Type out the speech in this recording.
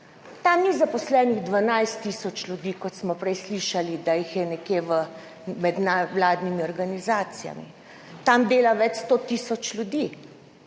Tam ni zaposlenih 12 tisoč ljudi, kot smo prej slišali, da jih je nekje v, med nevladnimi organizacijami, tam dela več 100 tisoč ljudi.